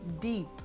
deep